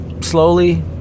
slowly